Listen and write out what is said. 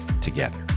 together